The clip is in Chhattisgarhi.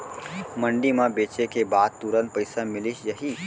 मंडी म बेचे के बाद तुरंत पइसा मिलिस जाही?